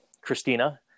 Christina